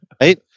Right